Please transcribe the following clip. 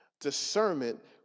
discernment